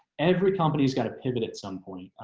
every company's got to pivot. at some point,